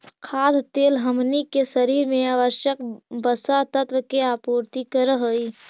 खाद्य तेल हमनी के शरीर में आवश्यक वसा तत्व के आपूर्ति करऽ हइ